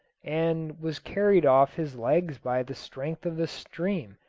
and was carried off his legs by the strength of the stream,